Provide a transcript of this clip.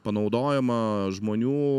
panaudojimą žmonių